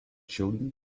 children